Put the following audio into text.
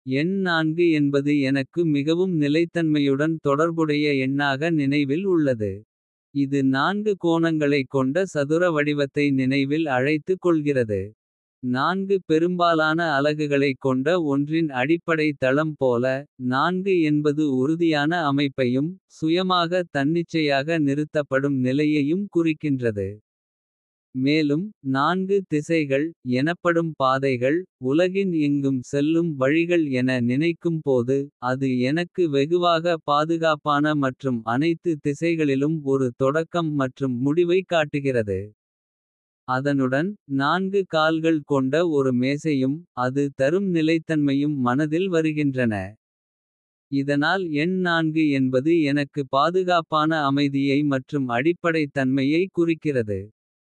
எண் என்பது எனக்கு மிகவும் நிலைத்தன்மையுடன். தொடர்புடைய எண்ணாக நினைவில் உள்ளது. இது நான்கு கோணங்களைக் கொண்ட சதுர வடிவத்தை. நினைவில் அழைத்துக் கொள்கிறது நான்கு பெரும்பாலான. அலகுகளைக் கொண்ட ஒன்றின் அடிப்படை தளம் போல. நான்கு என்பது உறுதியான அமைப்பையும். சுயமாக தன்னிச்சையாக நிறுத்தப்படும் நிலையையும் குறிக்கின்றது. மேலும் நான்கு திசைகள் எனப்படும் பாதைகள். உலகின் எங்கும் செல்லும் வழிகள் என நினைக்கும் போது. அது எனக்கு வெகுவாக பாதுகாப்பான மற்றும். அனைத்து திசைகளிலும் ஒரு தொடக்கம் மற்றும் முடிவைக் காட்டுகிறது. அதனுடன் நான்கு கால்கள் கொண்ட ஒரு மேசையும். அது தரும் நிலைத்தன்மையும் மனதில் வருகின்றன. இதனால் எண் என்பது எனக்கு பாதுகாப்பான. அமைதியை மற்றும் அடிப்படைத் தன்மையை குறிக்கிறது.